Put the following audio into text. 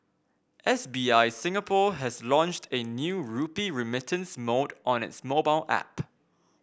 S B I Singapore has launched a new rupee remittance mode on its mobile app